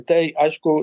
tai aišku